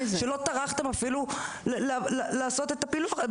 כשלא טרחתם אפילו לעשות את הפילוח?